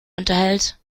unterhält